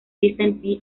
vincent